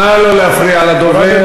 נא לא להפריע לדובר.